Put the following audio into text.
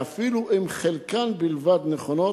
ואפילו אם חלקן בלבד נכונות,